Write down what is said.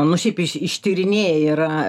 nu šiaip iš ištyrinėję yra